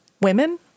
women